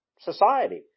society